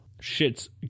Shit's